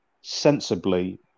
sensibly